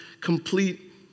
complete